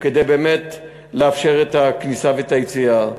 כדי באמת לאפשר את הכניסה והיציאה.